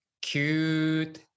cute